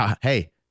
hey